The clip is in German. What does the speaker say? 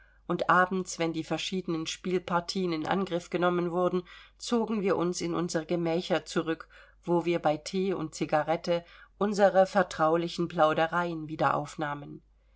und abends wenn die verschiedenen spielpartien in angriff genommen wurden zogen wir uns in unsere gemächer zurück wo wir bei thee und cigarette unsere vertraulichen plaudereien